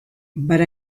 but